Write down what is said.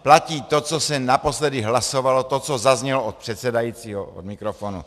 Platí to, co se naposledy hlasovalo, to, co zaznělo od předsedajícího od mikrofonu.